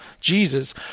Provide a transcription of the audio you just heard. Jesus